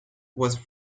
was